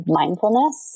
mindfulness